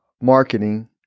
marketing